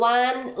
one